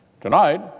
Tonight